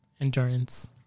Endurance